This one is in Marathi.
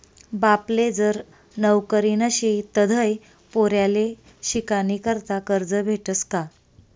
बापले जर नवकरी नशी तधय पोर्याले शिकानीकरता करजं भेटस का?